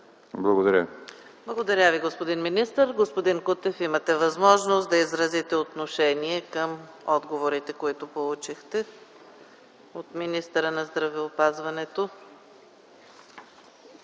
Благодаря Ви, господин министър. Господин Кутев, имате възможност да изразите отношение към отговорите, които получихте от министъра на здравеопазването.